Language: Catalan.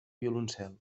violoncel